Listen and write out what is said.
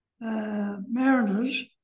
mariners